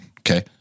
Okay